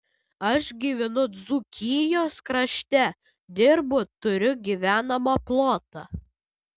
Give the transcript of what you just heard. aš gyvenu dzūkijos krašte dirbu turiu gyvenamą plotą